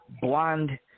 blonde